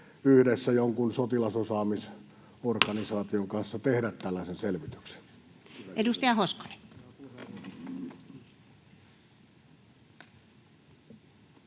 yhdessä jonkun sotilasosaamisorganisaation kanssa tehdä tällaisen selvityksen? Edustaja Hoskonen.